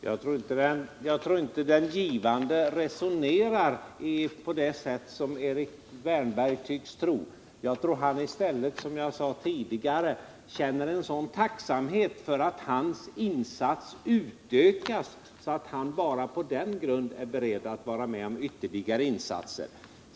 Herr talman! Jag tror inte att den givande resonerar på det sätt som Erik Wärnberg tycks föreställa sig. Jag tror att han i stället, som jag sade tidigare, känner en sådan tacksamhet för att hans insats utökas att han bara på den grunden är beredd att vara med om ytterligare insatser.